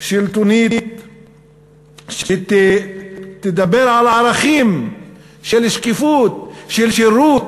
שלטונית שתדבר על ערכים של שקיפות, של שירות,